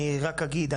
אני רק אגיד,